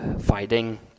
fighting